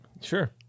Sure